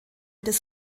des